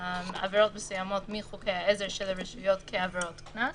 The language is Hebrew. עבירות מסוימות מחוקי העזר של הרשויות לעבירות קנס.